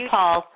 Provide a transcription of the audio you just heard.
Paul